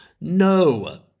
No